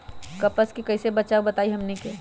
कपस से कईसे बचब बताई हमनी के?